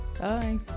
Bye